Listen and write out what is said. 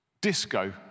disco